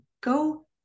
go